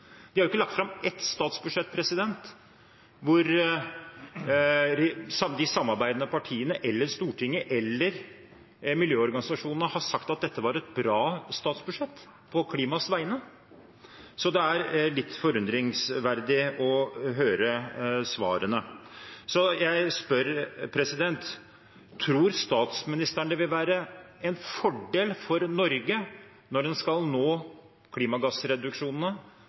De har ikke lagt fram ett statsbudsjett hvor de samarbeidende partiene eller Stortinget eller miljøorganisasjonene har sagt at dette var et bra statsbudsjett, på klimaets vegne. Så det er litt forunderlig å høre svarene. Så jeg spør: Tror statsministeren det vil være en fordel for Norge, når en skal oppnå klimagassreduksjonene